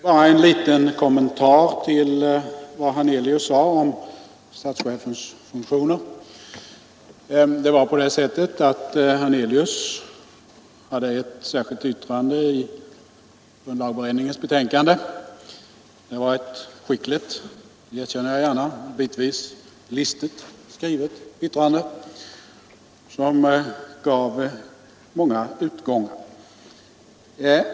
Herr talman! Bara en liten kommentar till vad herr Hernelius sade om statschefens funktioner. Herr Hernelius hade ett särskilt yttrande i grundlagberedningens betänkande. Det var ett skickligt, det erkänner jag gärna, bitvis listigt skrivet yttrande, som höll många utgångar öppna.